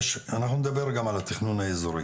אנחנו נדבר גם על התכנון האזורי,